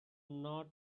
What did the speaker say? not